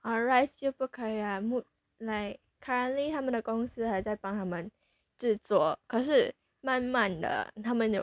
uh Rise 就不可以了啊目 like currently 他们的公司还在帮他们制作可是慢慢的他们有